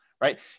right